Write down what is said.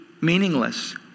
meaningless